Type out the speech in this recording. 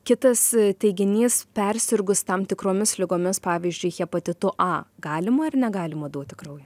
kitas teiginys persirgus tam tikromis ligomis pavyzdžiui hepatitu a galima ar negalima duoti kraujo